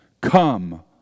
Come